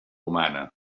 humana